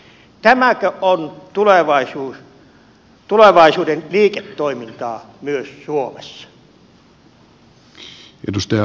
tämäkö on tulevaisuuden liiketoimintaa myös suomessa